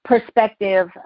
perspective